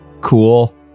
Cool